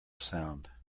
sound